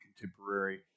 contemporary